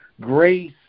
grace